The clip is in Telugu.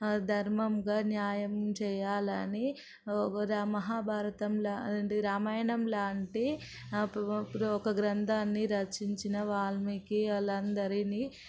ధర్మంగా న్యాయం చేయాలని ఒక మహాభారతం లాంటి రామాయణం లాంటి ఒక గ్రంథాన్ని రచించిన వాల్మీకి ఆలందరిని